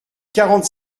quarante